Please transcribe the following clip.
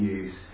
use